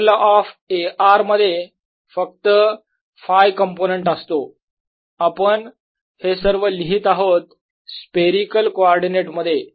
curl of A r मध्ये फक्त Φ component असतो आपण हे सर्व लिहीत आहोत स्फेरिकल कॉर्डीनेट मध्ये